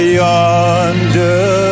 yonder